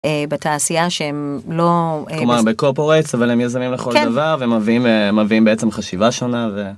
בתעשייה שהם לא.. בקופורייטס אבל הם יזמים לכל דבר ומביאים מביאים בעצם חשיבה שונה.